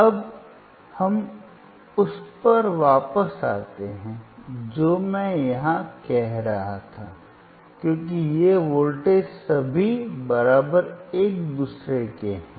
अब हम उस पर वापस आते हैं जो मैं यहाँ कह रहा था क्योंकि ये वोल्टेज सभी एक दूसरे के हैं